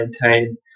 maintain